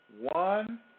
one